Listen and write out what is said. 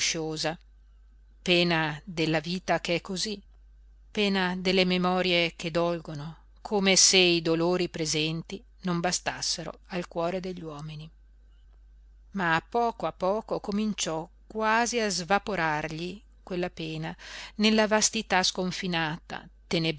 piú angosciosa pena della vita che è cosí pena delle memorie che dolgono come se i dolori presenti non bastassero al cuore degli uomini ma a poco a poco cominciò quasi a svaporargli quella pena nella vastità sconfinata